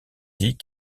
dit